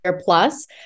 plus